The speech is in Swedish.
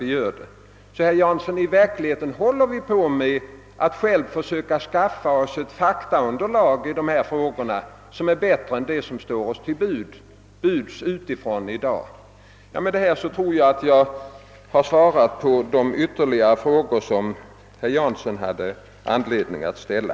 I verkligheten håller vi alltså på med att själva försöka skaffa oss ett faktaunderlag i dessa frågor som är bättre än det som står till buds utifrån. Med detta tror jag att jag har svarat på de ytterligare frågor som herr Jansson hade anledning att ställa.